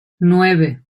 nueve